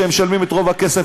שהם משלמים את רוב הכסף,